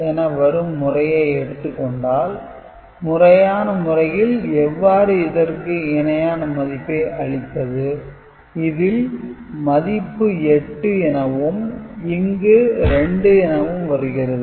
என வரும் முறையை எடுத்துக் கொண்டால் முறையான முறையில் எவ்வாறு இதற்கு இணையான மதிப்பை அளிப்பது இதில் மதிப்பு 8 எனவும் இங்கு 2 எனவும் வருகிறது